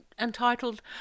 entitled